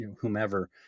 whomever